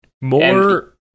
More